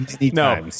No